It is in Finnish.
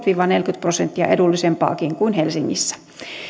viiva neljäkymmentä prosenttia edullisempaakin kuin helsingissä